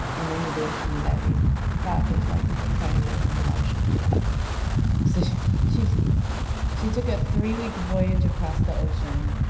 and then eventually, they five days later, they carried her from the one ship to the other so she's she took a three-week voyage across the ocean,